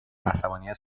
عصبانیت